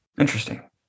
Interesting